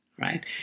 Right